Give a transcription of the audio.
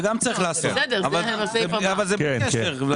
גם את זה צריך לעשות אבל זה בלי קשר.